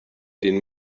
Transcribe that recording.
den